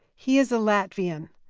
he is a latvian.